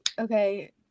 okay